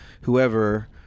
whoever